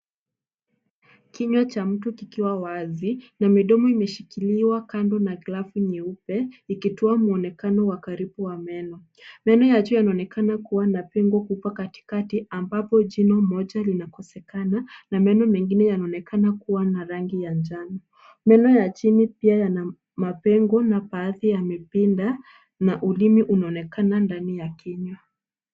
Kinywa cha mtu kikiwa wazi, na midomo imeshikiliwa kando na glavu nyeupe, ikitoa mwonekano wa karibu wa meno. Meno ya juu yanaonekana kuwa na pengo kubwa katikati ambapo jino moja linakosekana na meno mengine yanaonekana kuwa na rangi ya njano. Meno ya chini pia yana mapengo na baadhi yamepinda na ulimi unaonekana ndani ya kinywa.